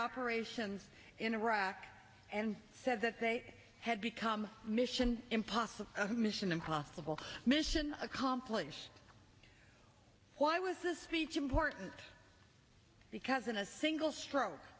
operations in iraq and said that they had become mission impossible mission impossible mission accomplished why was this speech important because in a single stroke